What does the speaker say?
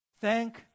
thank